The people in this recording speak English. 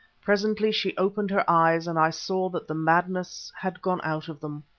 presently she opened her eyes, and i saw that the madness had gone out of them.